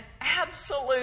absolute